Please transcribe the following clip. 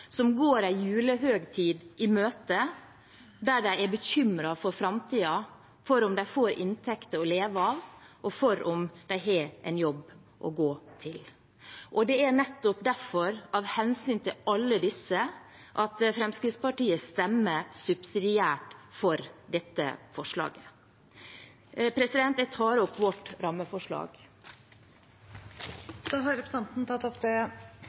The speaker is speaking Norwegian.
som går en julehøytid i møte der de er bekymret for framtiden, for om de får inntekter å leve av, og for om de har en jobb å gå til. Det er nettopp derfor – av hensyn til alle disse – Fremskrittspartiet stemmer subsidiært for dette forslaget. Jeg tar opp vårt rammeforslag. Representanten Sylvi Listhaug har tatt opp det